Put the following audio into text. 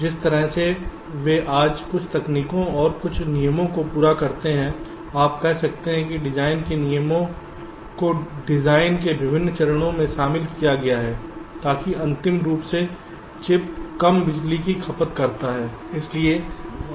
जिस तरह से वे आज कुछ तकनीकों और कुछ नियमों को पूरा करते हैं आप कह सकते हैं कि डिजाइन के नियमों को डिजाइन के विभिन्न चरणों में शामिल किया गया है ताकि अंतिम रूप से चिप कम बिजली की खपत करता है